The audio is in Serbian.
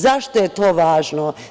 Zašto je to važno?